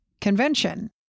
Convention